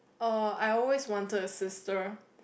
oh I always wanted a sister